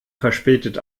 verspätet